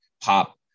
pop